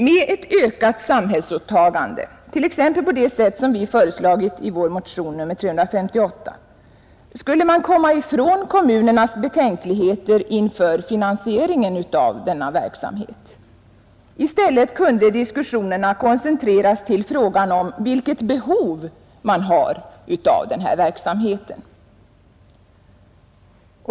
Med ett ökat samhällsåtagande, t.ex. på det sätt som vi föreslagit i vår motion nr 358, skulle man komma ifrån kommunernas betänkligheter inför finansieringen av denna verksamhet. I stället kunde diskussionerna koncentreras till frågan om vilket behov man har av verksamheten.